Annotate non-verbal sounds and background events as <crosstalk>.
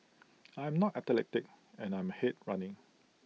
<noise> I am not athletic and I'm hate running